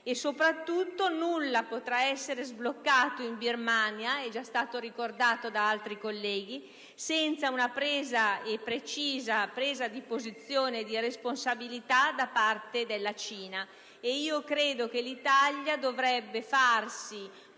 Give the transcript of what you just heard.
e, soprattutto, che nulla potrà essere sbloccato in Birmania - come è già stato ricordato da altri colleghi - senza una precisa presa di posizione e di responsabilità da parte della Cina. Credo che l'Italia dovrebbe farsi